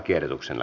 lakiehdotuksen